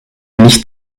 nicht